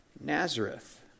Nazareth